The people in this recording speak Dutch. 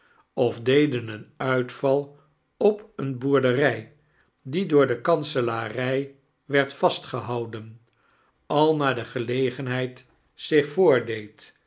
of deden een uitval op eene boenderij die door d kanselarij werd vastgehoaiden al naar de gelegenheid zich